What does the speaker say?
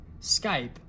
Skype